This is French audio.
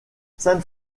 sainte